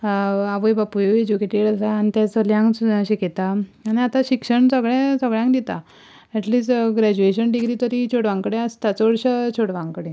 आवय बापूयय एजुकेटेड आसा आनी ते चलयांक सुद्दां अशें शिकयता आनी आतां शिक्षण सगल्या सगल्यांक दिता एटलिस्ट ग्रेज्युएशन डिग्री तरी चेडवां कडेन आसता चडशा चेडवां कडेन